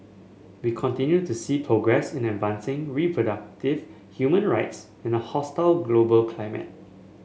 we continue to see progress in advancing reproductive human rights in a hostile global climate